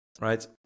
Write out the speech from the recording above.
right